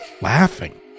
laughing